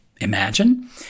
imagine